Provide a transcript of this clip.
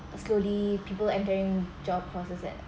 slowly people entering job pauses